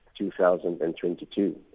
2022